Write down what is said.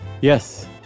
Yes